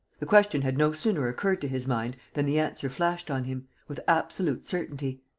the question had no sooner occurred to his mind than the answer flashed on him, with absolute certainty.